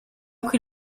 token